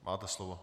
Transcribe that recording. Máte slovo.